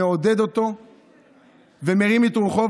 מעודד אותו ומרים את רוחו,